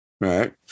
right